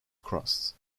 crust